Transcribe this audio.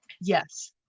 yes